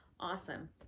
awesome